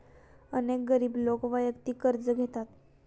अनेक गरीब लोक वैयक्तिक कर्ज घेतात